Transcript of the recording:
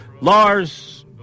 Lars